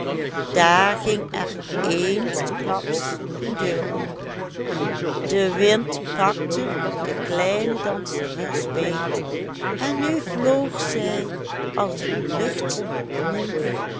daar ging er eensklaps een deur open de wind pakte de kleine danseres beet en nu vloog zij als een